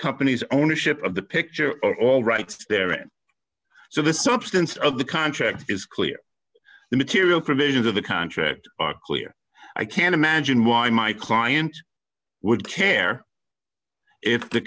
companies ownership of the picture all right there so the substance of the contract is clear the material provisions of the contract are clear i can't imagine why my client would care if the